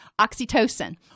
oxytocin